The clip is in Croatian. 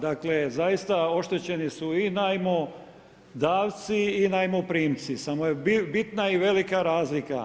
Dakle, zaista oštećeni su i najmodavci i najmoprimci, samo je bitna i velika razlika.